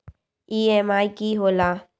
EMI की होला?